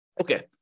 Okay